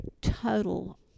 total